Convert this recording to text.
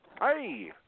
Hey